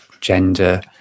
gender